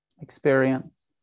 experience